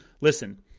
Listen